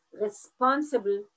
responsible